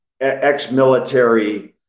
ex-military